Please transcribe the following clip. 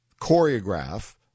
choreograph